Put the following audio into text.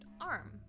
arm